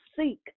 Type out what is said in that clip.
Seek